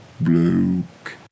bloke